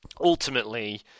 ultimately